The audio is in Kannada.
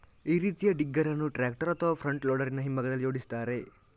ಈ ರೀತಿಯ ಡಿಗ್ಗರ್ ಅನ್ನು ಟ್ರಾಕ್ಟರ್ ಅಥವಾ ಫ್ರಂಟ್ ಲೋಡರಿನ ಹಿಂಭಾಗದಲ್ಲಿ ಜೋಡಿಸ್ತಾರೆ